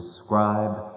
describe